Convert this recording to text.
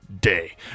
day